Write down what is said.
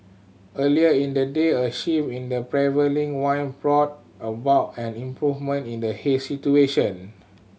earlier in the day a shift in the prevailing wind brought about an improvement in the haze situation